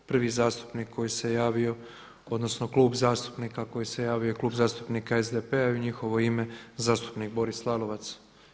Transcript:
Prvi zastupnik koji se javio, odnosno klub zastupnika koji se javio je Klub zastupnika SDP-a i u njihovo ime zastupnik Boris Lalovac.